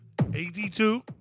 82